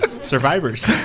Survivors